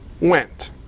went